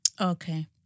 Okay